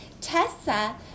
Tessa